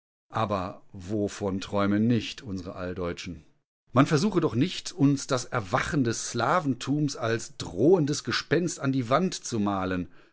aber wovon träumen nicht unsere alldeutschen man versuche doch nicht uns das erwachen des slaventums als drohendes gespenst an die wand zu malen